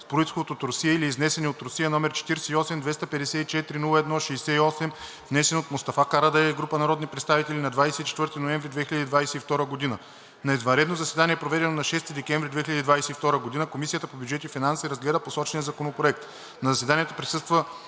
с произход от Русия или изнесени от Русия, № 48-254-01-68, внесен от Мустафа Карадайъ и група народни представители на 24 ноември 2022 г. На извънредно заседание, проведено на 6 декември 2022 г., Комисията по бюджет и финанси разгледа посочения законопроект.